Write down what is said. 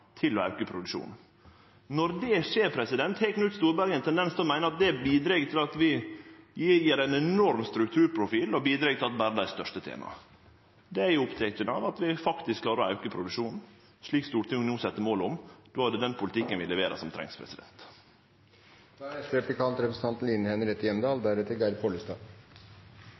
til å auke produksjonen. Når det skjer, har Knut Storberget ein tendens til å meine at det bidreg til ein enorm strukturprofil, og bidreg til at berre dei største tener på det. Det eg er oppteken av, er at vi faktisk klarer å auke produksjonen, slik Stortinget no set som mål, og då er det den politikken vi leverer, som